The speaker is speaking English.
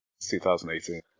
2018